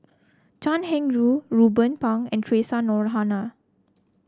Chan Heng Chee Ruben Pang and Theresa Noronha